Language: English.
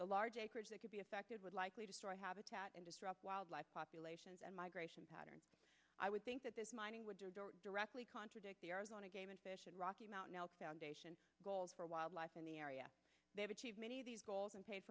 the large acreage that could be affected would likely destroy habitat and disrupt wildlife populations and migration patterns i would think that this mining would directly contradict the arizona game and fish and rocky mountain elk foundation goals for wildlife in the area they have achieved many of these goals and paid